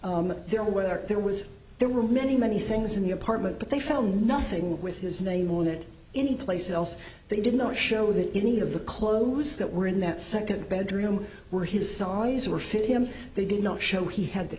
were there there was there were many many things in the apartment but they found nothing with his name on it any place else they did not show that any of the clothes that were in that second bedroom were his sully's were fit him they did not show he had the